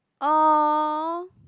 !aww!